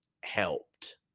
helped